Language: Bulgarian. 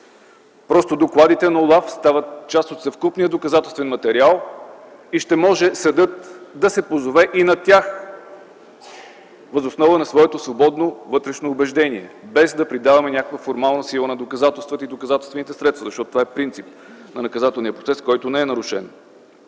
Просто докладите на ОЛАФ стават част от съвкупния доказателствен материал и ще може съдът да се позове и на тях въз основа на своето свободно вътрешно убеждение, без да придаваме някаква формална сила на доказателствата и доказателствените средства, защото това е принцип на наказателния процес, който не е нарушен.